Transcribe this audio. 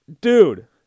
Dude